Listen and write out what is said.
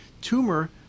tumor